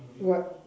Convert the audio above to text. what